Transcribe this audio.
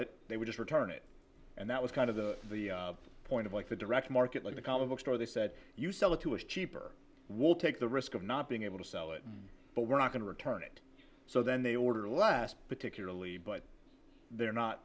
it they were just return it and that was kind of the point of like the direct market like the comic book store they said you sell it to is cheaper we'll take the risk of not being able to sell it but we're not going to return it so then they order less particularly but they're not